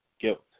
guilt